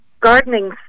gardening